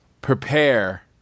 prepare